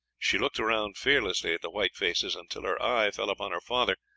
she looked round fearlessly at the white faces until her eye fell upon her father,